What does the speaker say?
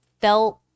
felt